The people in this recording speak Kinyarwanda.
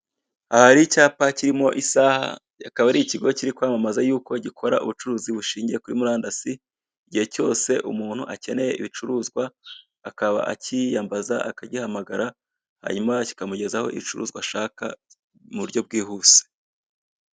Aha hari icyapa kirimo isaha, akaba ari ikigo kiri kwamamaza yuko gikora ubucuruzi bushingiye kuri murandasi, igihe cyose akeneye ibicuruzwa akaba akiyambaza akagihamagara, hanyuma kikamugezaho ibicuruzwa ashaka mu buryo byihuse.